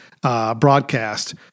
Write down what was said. broadcast